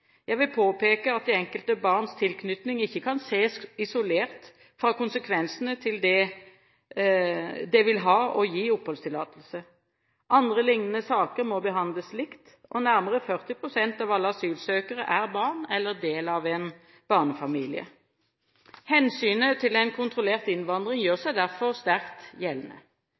Jeg vil påpeke at det enkelte barns tilknytning ikke kan ses isolert fra konsekvensene det vil ha å gi oppholdstillatelse. Andre lignende saker må behandles likt, og nærmere 40 pst. av alle asylsøkere er barn eller del av en barnefamilie. Hensynet til en kontrollert innvandring gjør seg derfor sterkt gjeldende.